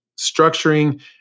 structuring